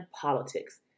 politics